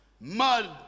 mud